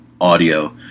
audio